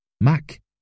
Mac